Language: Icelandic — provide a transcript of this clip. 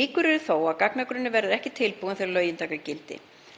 Líkur eru þó á að sá gagnagrunnur verði ekki tilbúinn þegar lögin taka gildi.